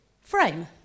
frame